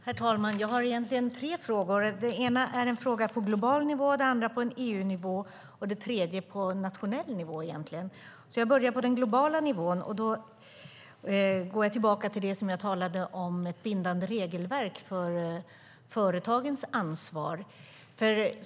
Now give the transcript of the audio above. Herr talman! Jag har tre frågor. De gäller global nivå, EU-nivå och nationell nivå. Jag börjar med den globala nivån och går tillbaka till det som jag talade om tidigare, ett bindande regelverk gällande företagens ansvar.